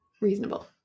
Reasonable